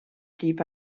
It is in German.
blieb